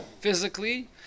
physically